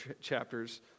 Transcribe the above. chapters